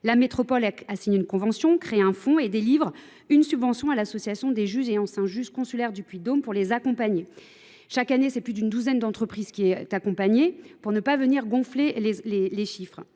La métropole a signé une convention, créé un fonds et délivre une subvention à l'association des justes et enceintes. Justes consulaires du Puy-de-Dôme pour les accompagner. Chaque année, c'est plus d'une douzaine d'entreprises qui est accompagnée pour ne pas venir gonfler les chiffres.